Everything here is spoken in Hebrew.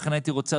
ולכן הייתי רוצה,